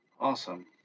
Awesome